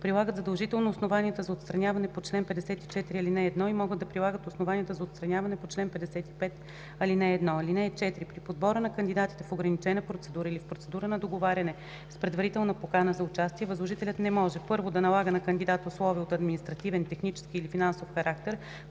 прилагат задължително основанията за отстраняване по чл. 54, ал. 1 и могат да прилагат основанията за отстраняване по чл. 55, ал. 1. (4) При подбора на кандидатите в ограничена процедура или в процедура на договаряне с предварителна покана за участие възложителят не може: 1. да налага на кандидат условия от административен, технически или финансов характер,